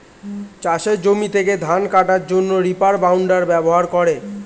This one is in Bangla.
চাষের জমি থেকে ধান কাটার জন্যে রিপার বাইন্ডার ব্যবহার করে